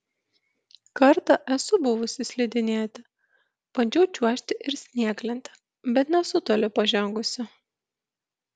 kartą esu buvusi slidinėti bandžiau čiuožti ir snieglente bet nesu toli pažengusi